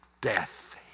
death